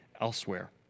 elsewhere